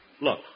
look